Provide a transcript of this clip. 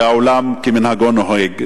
ועולם כמנהגו נוהג,